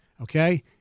Okay